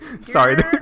Sorry